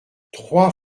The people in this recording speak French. trois